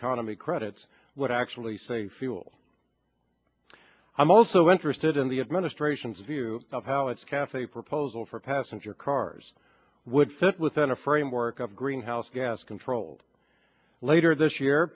economy credits would actually save fuel i'm also interested in the administration's view of how its cafe proposal for passenger cars would fit within a framework of greenhouse gas controlled later this year